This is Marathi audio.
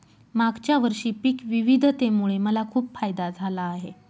मागच्या वर्षी पिक विविधतेमुळे मला खूप फायदा झाला आहे